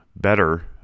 better